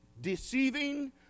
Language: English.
deceiving